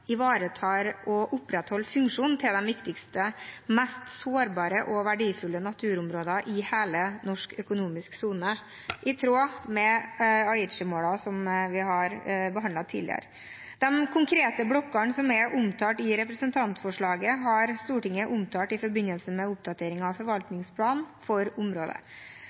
ivaretar og opprettholder funksjonen til de viktigste og mest sårbare og verdifulle naturområdene i hele den norske økonomiske sonen, i tråd med Aichi-målene, som vi har behandlet tidligere. De konkrete blokkene som er omtalt i representantforslaget, har Stortinget omtalt i forbindelse med oppdateringen av forvaltningsplanen for området.